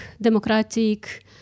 democratic